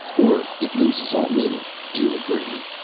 or it loses all meaning. do you agree?